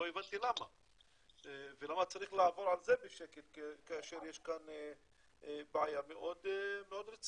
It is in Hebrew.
לא הבנתי למה ולמה צריך לעבור על זה בשקט כאשר יש כאן בעיה מאוד רצינית.